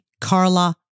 Carla